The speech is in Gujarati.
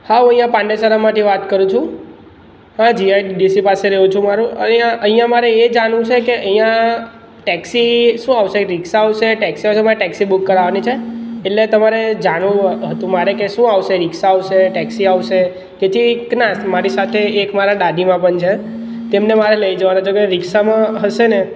હા હું અહીંંયા પાંડેસરમાંથી વાત કરું છું હા જીઆઈડીસી રહેવું છું મારે અહીંયા મારે એ જાણવું છે કે અહીંયા ટેક્સી શું આવશે રિક્ષા આવશે ટેક્સી આવશે મારે ટેક્સી બુક કરાવવાની છે એટલે તમારે જાણવું હતું મારે કે શું આવશે રિક્ષા આવશે ટેક્સી આવશે તેથી કના મારી સાથે એક મારા દાદીમા પણ છે તેમને મારે લઈ જવાના છે કોઈ રિક્ષામાં હશે ને